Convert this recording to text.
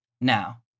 now